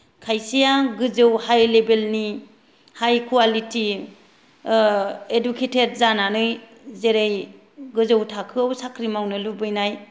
खायसेया गोजौ हाय लेबेलनि हाय क्वालिति ओ इडुकेतेद जानानै जेरै गोजौ थाखोआव साख्रि मावनो लुबैनाय